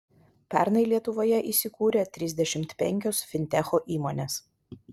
pernai lietuvoje įsikūrė trisdešimt penkios fintecho įmonės